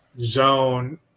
zone